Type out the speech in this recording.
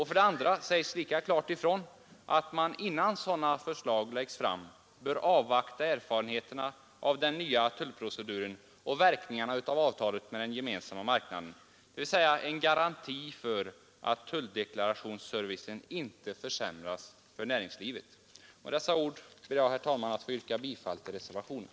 För det andra sägs lika klart ifrån att man innan sådana förslag läggs fram bör avvakta erfarenheterna av den nya tullproceduren och verkningarna av avtalet med den gemensamma marknaden. Detta är en garanti för att tulldeklarationsservicen inte försämras för näringslivet. Med dessa ord ber jag, herr talman, att få yrka bifall till reservationen.